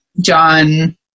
John